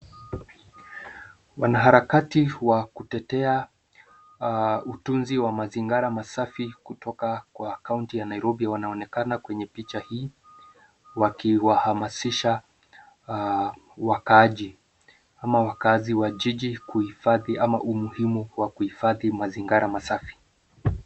Wanaharakati wa kutetea utunzi wa mazingira masafi kutoka kwa kaunti ya Nairobi wanaonekana kwenye picha hii wakiwahamasisha wakaaji ama wakaazi wa jiji kuhifadhi ama umuhimu wa kuhifadhi mazingira masafi.